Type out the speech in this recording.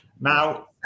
Now